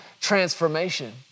transformation